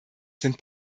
sind